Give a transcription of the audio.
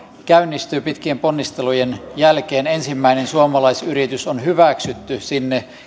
käynnistyy pitkien ponnistelujen jälkeen ensimmäinen suomalaisyritys on hyväksytty sinne